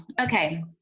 Okay